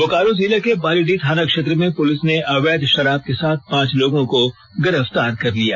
बोकारो जिले के बालीडीह थाना क्षेत्र में पुलिस ने अवैध शराब के साथ पांच लोगों को गिरफ्तार कर लिया